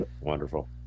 Wonderful